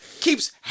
keeps